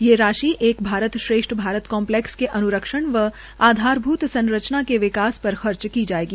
ये राशि एक भारत श्रेष्ठ भारत कम्लैक्स क अन्रक्षण व आधारभूत संरचना के विकास पर खर्च की जायेगी